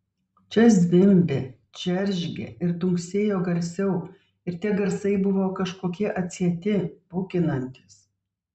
čia zvimbė džeržgė ir dunksėjo garsiau ir tie garsai buvo kažkokie atsieti bukinantys